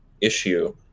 issue